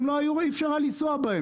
הם הורדו מהכביש, כי אי אפשר היה לנסוע בהן.